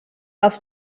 auf